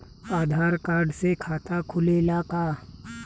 आधार card से खाता खुले ला का?